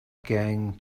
going